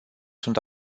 sunt